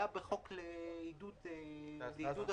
היה בחוק מענק לעידוד התעסוקה.